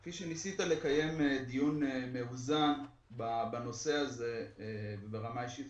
כפי שניסית לקיים דיון מאוזן בנושא הזה ברמה אישית,